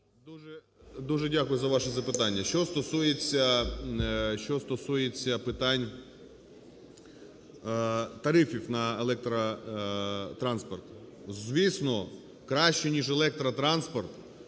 Дуже дякую за ваше запитання. Що стосується питань тарифів на електротранспорт. Звісно, краще, ніж електротранспорт